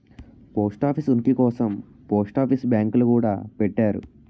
post office ఉనికి కోసం post office బ్యాంకులు గూడా పెట్టారు